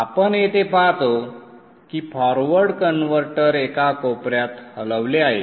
आपण येथे पाहतो की फॉरवर्ड कन्व्हर्टर एका कोपऱ्यात हलवले आहे